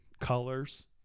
colors